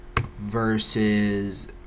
versus